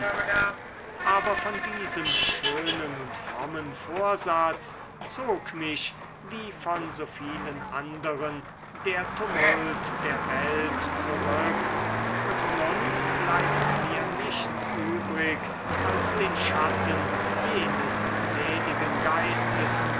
aber von diesem schönen und frommen vorsatz zog mich wie von so vielen anderen der tumult der welt zurück und nun bleibt mir nichts übrig als den schatten jenes seligen geistes